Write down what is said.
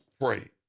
Pray